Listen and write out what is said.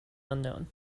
unknown